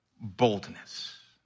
boldness